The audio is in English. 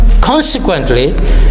consequently